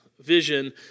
vision